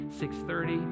6.30